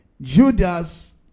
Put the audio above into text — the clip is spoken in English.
Judas